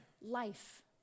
life